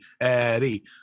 eddie